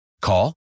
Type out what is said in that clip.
Call